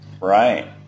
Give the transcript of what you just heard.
Right